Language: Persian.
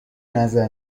نظر